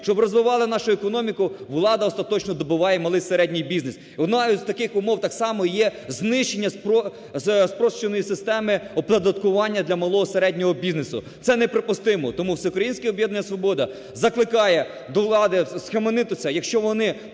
щоб розвивали нашу економіку, влада остаточно добиває малий, середній бізнес. Одною з таким умов так само є знищення спрощеної системи оподаткування для малого і середнього бізнесу. Це неприпустимо. Тому Всеукраїнське об'єднання "Свобода" закликає до влади схаменутися. Якщо вони